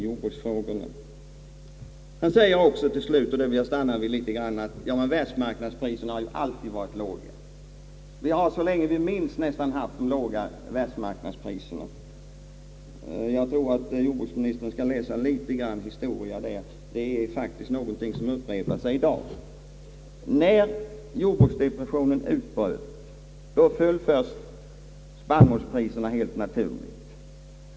Jordbruksministern sade till slut någonting som jag vill stanna litet vid, nämligen att världsmarknadspriserna har varit låga så länge man kan minnas. Jag tror att jordbruksministern bör läsa litet historia — gör han det, finner han att den tidigare utvecklingen upprepar sig i nuet fast i omvänd riktning. När jordbruksdepressionen utbröt i början av 30-talet föll först spannmålspriserna.